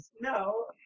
No